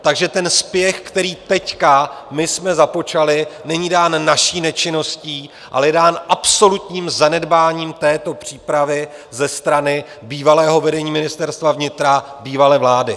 Takže ten spěch, který jsme teď započali, není dán naší nečinností, ale je dán absolutním zanedbáním této přípravy ze strany bývalého vedení Ministerstva vnitra bývalé vlády.